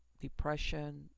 depression